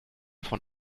von